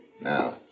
Now